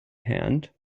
hand